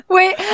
Wait